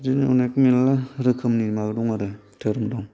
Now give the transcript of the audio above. बिदिनो मेरला अनेक रोखोमनि धोरोम दं